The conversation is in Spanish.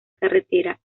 carretera